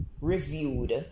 reviewed